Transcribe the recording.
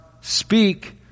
speak